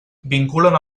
vinculen